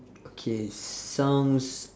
okay sounds